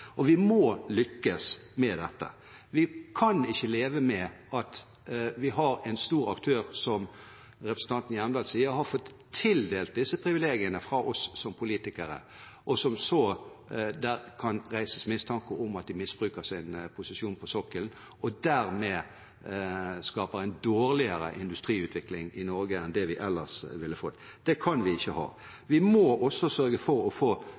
og vi må lykkes med dette. Vi kan ikke leve med at vi har en stor aktør som, som representanten Hjemdal sier, har fått tildelt disse privilegiene fra oss som politikere, og at det så kan reises mistanke om at de misbruker sin posisjon på sokkelen og dermed skaper en dårligere industriutvikling i Norge enn det vi ellers ville fått. Slik kan vi ikke ha det. Vi må også sørge for å få